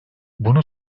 bunu